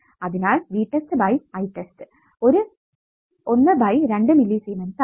അതിനാൽ V test by I test 1 by 2 millisiemens ആകും